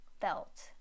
felt